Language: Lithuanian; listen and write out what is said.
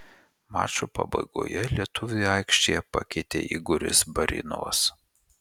mačo pabaigoje lietuvį aikštėje pakeitė igoris barinovas